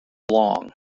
long